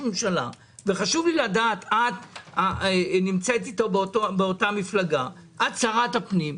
חשוב לי לדעת כי את נמצאת איתו באותה המפלגה ואת שרת הפנים.